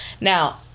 Now